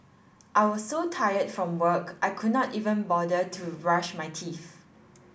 I was so tired from work I could not even bother to brush my teeth